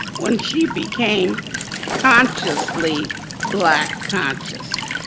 when she became consciously black conscious.